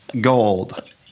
gold